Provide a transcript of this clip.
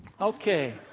Okay